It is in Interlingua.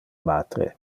matre